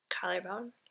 Collarbone